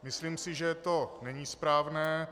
Myslím si, že to není správné.